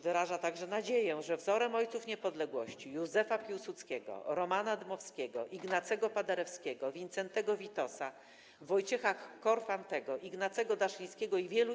Wyraża także nadzieję, że wzorem Ojców Niepodległości - Józefa Piłsudskiego, Romana Dmowskiego, Ignacego Paderewskiego, Wincentego Witosa, Wojciecha Korfantego, Ignacego Daszyńskiego i wielu